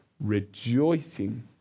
rejoicing